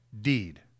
deed